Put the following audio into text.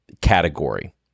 category